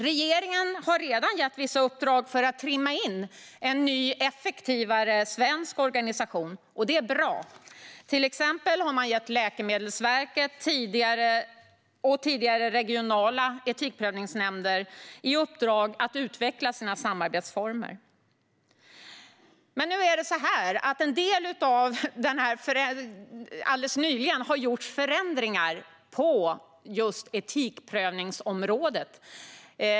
Regeringen har redan gett vissa uppdrag för att trimma in en ny, effektivare svensk organisation. Och det är bra. Till exempel har Läkemedelsverket och de tidigare regionala etikprövningsnämnderna fått i uppdrag att utveckla sina samarbetsformer. Det har dock alldeles nyligen gjorts en del förändringar på just etikprövningsområdet.